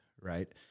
right